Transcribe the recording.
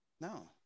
No